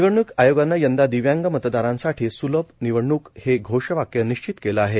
निवडणूक आयोगान यंदा दिव्यांग मतदारांसाठी सुलभ निवडणूक हे घोषवाक्य निश्चित केल आहे